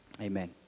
Amen